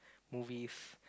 movies